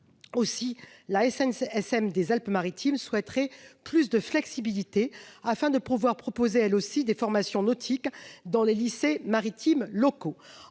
lors, la SNSM des Alpes-Maritimes souhaiterait une plus grande flexibilité lui permettant de proposer elle aussi des formations nautiques dans les lycées maritimes locaux.